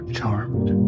Charmed